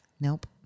Nope